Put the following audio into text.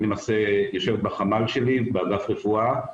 היא למעשה יושבת בחמ"ל שלי באגף רפואה,